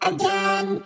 Again